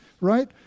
right